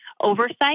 oversight